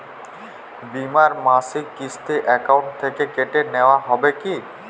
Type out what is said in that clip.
বিমার মাসিক কিস্তি অ্যাকাউন্ট থেকে কেটে নেওয়া হবে কি?